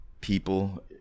people